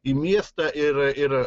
į miestą ir